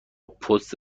پست